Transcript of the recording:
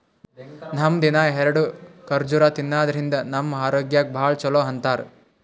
ನಾವ್ ದಿನ್ನಾ ಎರಡ ಖರ್ಜುರ್ ತಿನ್ನಾದ್ರಿನ್ದ ನಮ್ ಆರೋಗ್ಯಕ್ ಭಾಳ್ ಛಲೋ ಅಂತಾರ್